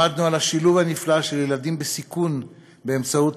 למדנו על השילוב הנפלא של ילדים בסיכון באמצעות